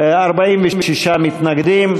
46 מתנגדים.